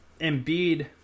Embiid